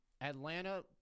Atlanta